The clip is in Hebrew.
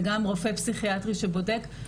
וגם רופא פסיכיאטרי שבודק.